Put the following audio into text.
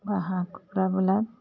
হাঁহ কুকৰাবিলাক